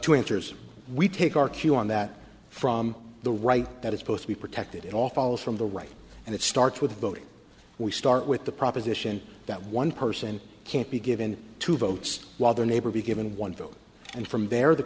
enters we take our cue on that from the right that is supposed to be protected it all falls from the right and it starts with voting we start with the proposition that one person can't be given two votes while their neighbor be given one vote and from there the